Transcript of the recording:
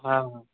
हँ